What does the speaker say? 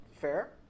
Fair